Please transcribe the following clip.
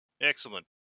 Excellent